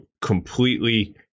completely